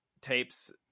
tapes